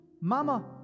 mama